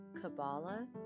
Kabbalah